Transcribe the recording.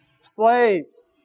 slaves